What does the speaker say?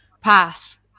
pass